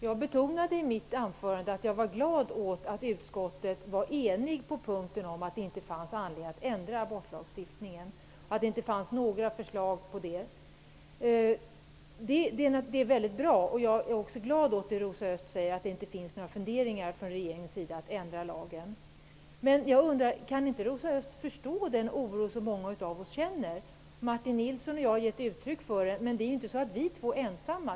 Herr talman! I mitt anförande betonade jag att jag var glad över att utskottet var enigt på punkten om att det inte finns anledning att ändra abortlagstiftningen. Det finns inga förslag om detta. Det är mycket bra. Jag är också glad för att Rosa Östh sade att det inte finns några funderingar hos regeringen på att ändra lagen. Men jag undrar om Rosa Östh inte kan förstå den oro som många av oss känner. Martin Nilsson och jag har gett uttryck för den, men det är inte så att vi två är ensamma.